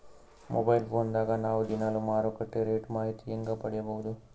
Mobile phone ದಾಗ ನಾವು ದಿನಾಲು ಮಾರುಕಟ್ಟೆ ರೇಟ್ ಮಾಹಿತಿ ಹೆಂಗ ಪಡಿಬಹುದು?